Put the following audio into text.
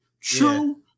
True